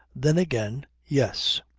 then again, yes.